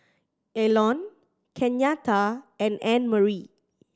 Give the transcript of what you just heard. Elon Kenyatta and Annmarie